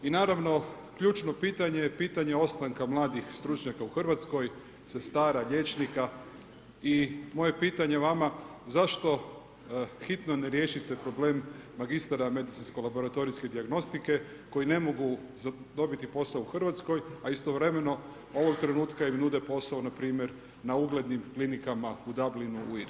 I naravno, ključno pitanje, je pitanje ostanka mladih stručnjaka u Hrvatskoj, sestara, liječnika i moje pitanje vama, zašto hitno ne riješite problem magistara medicinsko laboratorijske dijagnostike koji ne mogu dobiti posao u Hrvatskoj, a istovremeno ovog trenutka vam nude posao, npr. na uglednim klinikama u Dublinu u Irskoj.